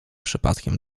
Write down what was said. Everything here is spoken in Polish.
przypadkiem